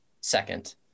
second